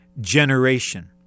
generation